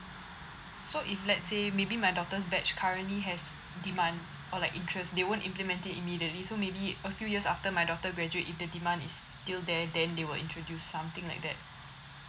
so if let's say maybe my daughter's batch currently has demand or like interest they won't implement immediately so maybe a few years after my daughter graduate if the demand is still there then they will introduce something like that